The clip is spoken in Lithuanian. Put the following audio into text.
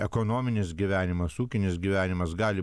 ekonominis gyvenimas ūkinis gyvenimas gali